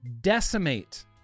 decimate